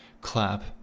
clap